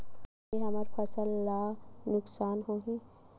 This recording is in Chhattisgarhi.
से हमर फसल ला नुकसान होही?